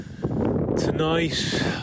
tonight